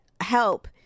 help